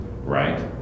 right